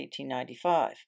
1895